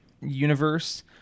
universe